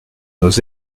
nos